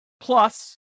Plus